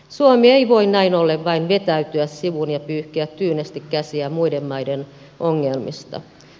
suomi ei voi näin ollen vain vetäytyä sivuun ja pyyhkiä tyynesti käsiä muiden maiden ongelmista